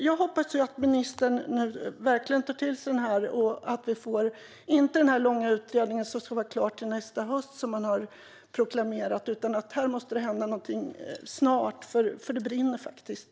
Jag hoppas att ministern nu verkligen tar till sig detta och att det inte blir en lång utredning som ska vara klar till nästa höst som man har proklamerat. Här måste det hända någonting snart. Det brinner faktiskt.